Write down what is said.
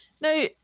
now